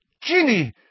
Ginny